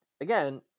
again